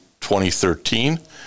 2013